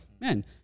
man